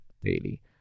daily